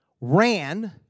ran